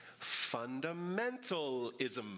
Fundamentalism